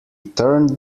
turned